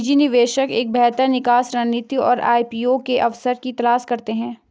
निजी निवेशक एक बेहतर निकास रणनीति और आई.पी.ओ के अवसर की तलाश करते हैं